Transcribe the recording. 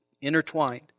intertwined